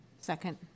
Second